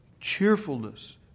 cheerfulness